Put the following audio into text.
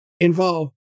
involve